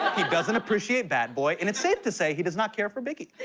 he doesn't appreciate bad boy, and it's safe to say he does not care for biggie.